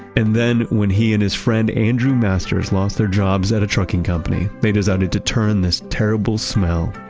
and then, when he and his friend andrew masters lost their jobs at a trucking company, they decided to turn this terrible smell,